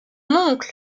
oncle